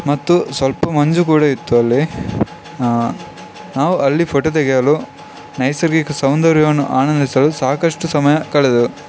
ಮತ್ತು ಸ್ವಲ್ಪ ಮಂಜು ಕೂಡ ಇತ್ತು ಅಲ್ಲಿ ನಾವು ಅಲ್ಲಿ ಫೊಟೊ ತೆಗೆಯಲು ನೈಸರ್ಗಿಕ ಸೌಂದರ್ಯವನ್ನು ಆನಂದಿಸಲು ಸಾಕಷ್ಟು ಸಮಯ ಕಳೆದೆವು